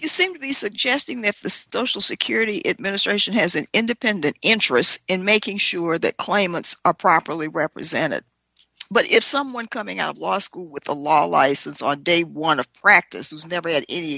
you seem to be suggesting that this total security administration has an independent interest in making sure that claimants are properly represented but if someone coming out of law school with a law license on day one of practice has never had any